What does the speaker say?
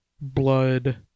blood